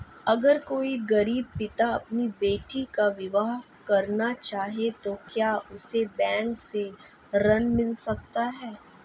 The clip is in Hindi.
अगर कोई गरीब पिता अपनी बेटी का विवाह करना चाहे तो क्या उसे बैंक से ऋण मिल सकता है?